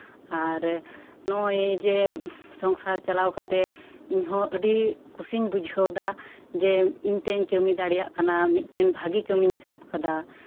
ᱟᱨ ᱱᱚᱜᱼᱚᱭ ᱡᱮ ᱥᱚᱝᱥᱟᱨ ᱪᱟᱞᱟᱣ ᱠᱟᱛᱮᱜ ᱤᱧᱦᱚᱸ ᱟᱹᱰᱤ ᱠᱩᱥᱤᱧ ᱵᱩᱡᱷᱟᱹᱣ ᱫᱟ ᱡᱮ ᱤᱧ ᱛᱤᱧ ᱠᱟᱹᱢᱤ ᱫᱟᱲᱮᱭᱟᱜ ᱠᱟᱱᱟ ᱢᱤᱫᱴᱮᱱ ᱵᱷᱟᱹᱜᱤ ᱠᱟᱹᱢᱤᱧ ᱥᱟᱵ ᱠᱟᱫᱟ